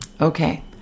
Okay